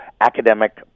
academic